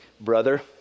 brother